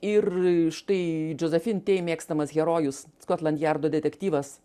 ir štai josephine tey mėgstamas herojus skotland jardo detektyvas